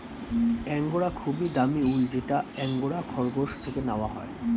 angora খুবই দামি উল যেটা অ্যাঙ্গোরা খরগোশ থেকে নেওয়া হয়